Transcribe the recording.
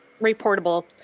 reportable